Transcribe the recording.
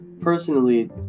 personally